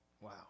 Wow